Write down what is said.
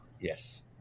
Yes